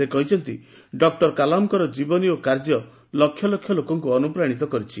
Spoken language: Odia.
ସେ କହିଛନ୍ତି ଡକୁର କଲାମଙ୍କର ଜୀବନୀ ଓ କାର୍ଯ୍ୟ ଲକ୍ଷ ଲକ୍ଷ ଲୋକଙ୍କୁ ଅନୁପ୍ରାଶୀତ କରିଛି